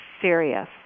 serious